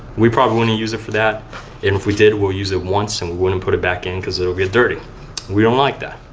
we probably wouldn't use it for that. and if we did, we'll use it once and wouldn't put it back in because it'll get dirty. and we don't like that.